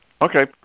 Okay